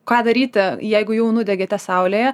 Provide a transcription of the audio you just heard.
ką daryti jeigu jau nudegėte saulėje